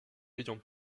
ayant